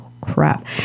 crap